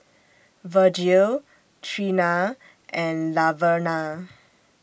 Virgil Treena and Laverna